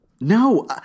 No